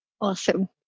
awesome